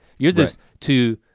yours is to,